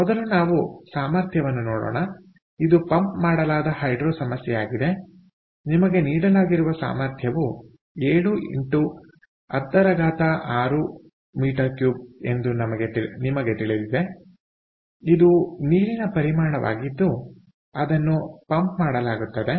ಆದ್ದರಿಂದ ಮೊದಲು ನಾವು ಸಾಮರ್ಥ್ಯವನ್ನು ನೋಡೋಣ ಇದು ಪಂಪ್ ಮಾಡಲಾದ ಹೈಡ್ರೊ ಸಮಸ್ಯೆ ಆಗಿದೆ ನಿಮಗೆ ನೀಡಲಾಗಿರುವ ಸಾಮರ್ಥ್ಯವು 7x 106 m3 ಎಂದು ನಿಮಗೆ ತಿಳಿದಿದೆ ಇದು ನೀರಿನ ಪರಿಮಾಣವಾಗಿದ್ದು ಅದನ್ನು ಪಂಪ್ ಮಾಡಲಾಗುತ್ತದೆ